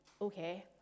okay